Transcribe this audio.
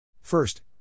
First